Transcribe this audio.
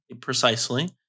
precisely